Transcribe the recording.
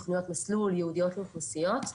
תוכניות מסלול ייעודיות לאוכלוסיות.